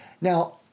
Now